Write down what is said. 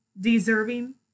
deserving